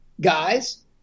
guys